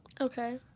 Okay